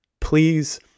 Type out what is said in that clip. please